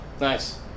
Nice